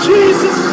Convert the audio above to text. Jesus